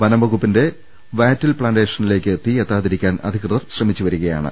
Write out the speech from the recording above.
വനംവകുപ്പിന്റെ വാറ്റിൽ പ്ലാന്റേഷനിലേക്ക് തീ എത്താ തിരിക്കാൻ അധികൃതർ ശ്രമിച്ചുവരികയാണ്